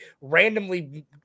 randomly